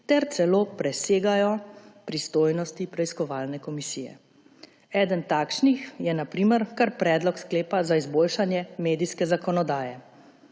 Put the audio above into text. ter celo presegajo pristojnosti preiskovalne komisije. Eden takšnih je na primer kar predlog sklepa za izboljšanje medijske zakonodaje.